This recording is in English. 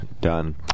done